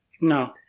No